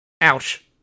Ouch